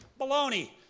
Baloney